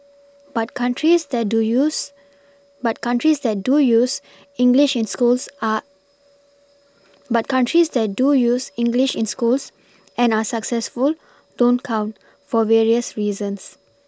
but countries that do use but countries that do use English in schools are but countries that do use English in schools and are successful don't count for various reasons